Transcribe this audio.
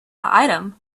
item